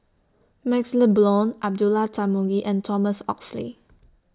MaxLe Blond Abdullah Tarmugi and Thomas Oxley